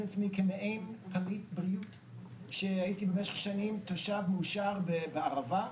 עצמי כמעין תלמיד בריאות שהייתי במשך שנים תושב מאושר בערבה,